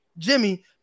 Jimmy